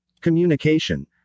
Communication